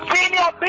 Senior